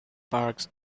parks